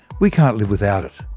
we can't live without it.